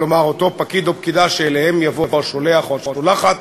כלומר אותו פקיד או פקידה שאליהם יבוא השולח או השולחת,